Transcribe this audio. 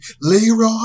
leroy